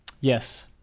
Yes